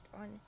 on